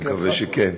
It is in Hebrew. אני מקווה שכן.